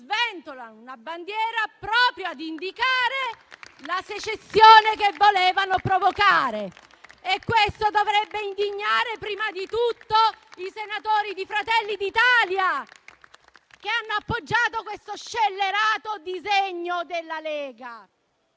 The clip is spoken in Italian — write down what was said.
una bandiera proprio a indicare la secessione che volevano provocare. Questo dovrebbe indignare prima di tutto i senatori di Fratelli d'Italia, che hanno appoggiato quello scellerato disegno della Lega.